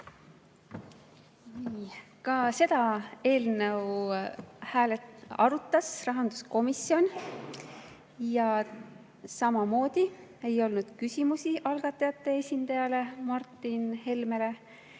Ka seda eelnõu arutas rahanduskomisjon. Samamoodi ei olnud küsimusi algatajate esindajale Martin Helmele.